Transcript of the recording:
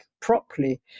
properly